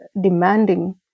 demanding